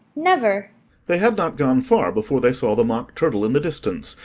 never they had not gone far before they saw the mock turtle in the distance,